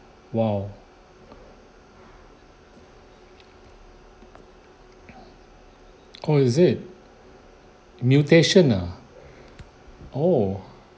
!wow! oh is it mutation nah oh